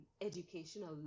educational